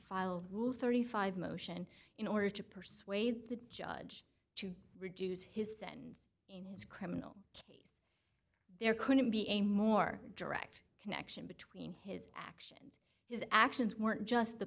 file rule thirty five dollars motion in order to persuade the judge to reduce his sentence in his criminal case there couldn't be a more direct connection between his actions his actions weren't just the